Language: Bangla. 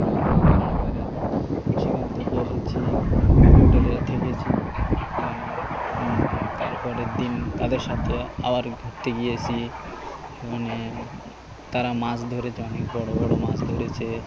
সেখানে থেকে এসেছি হোটেলে থেকেছি তারপরের দিন তাদের সাথে আবার ঘুরতে গিয়েছি সেখানে তারা মাছ ধরেছে অনেক বড়ো বড়ো মাছ ধরেছে